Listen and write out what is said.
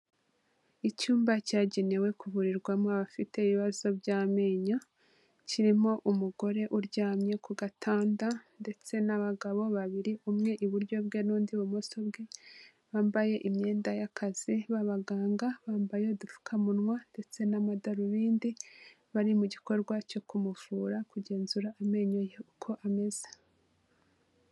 Icyumba cyagenewe kuvurirwamo abafite ibibazo by'amenyo, kirimo umugore uryamye ku gatanda ndetse n'abagabo babiri, umwe iburyo bwe n'undi ibumoso bwe, bambaye imyenda y'akazi b'abaganga, bambaye udupfukamunwa ndetse n'amadarubindi bari mu gikorwa cyo kumuvura kugenzura amenyo uko ameze.